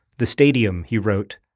the stadium, he wrote,